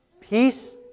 Peace